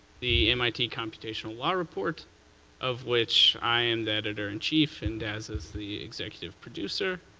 the mit commutational law report of which i'm the editor in chief and dazza's the executive producer.